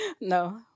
No